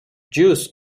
jews